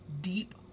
deep